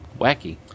wacky